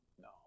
No